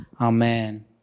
amen